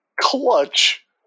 clutch